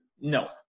No